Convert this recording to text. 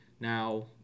Now